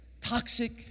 toxic